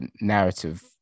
narrative